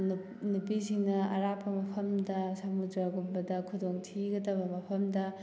ꯅꯨꯄꯤꯁꯤꯡꯅ ꯑꯔꯥꯞꯄ ꯃꯐꯝꯗ ꯁꯃꯨꯗ꯭ꯔꯒꯨꯝꯕꯗ ꯈꯨꯗꯣꯡ ꯊꯤꯒꯗꯕ ꯃꯐꯝꯗ